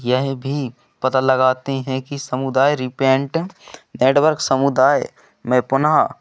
यह भी पता लगाते हैं कि समुदाय रिपेंट एड वर्क समुदाय में पुनः